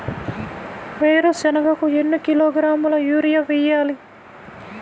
వేరుశనగకు ఎన్ని కిలోగ్రాముల యూరియా వేయాలి?